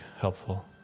helpful